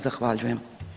Zahvaljujem.